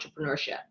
Entrepreneurship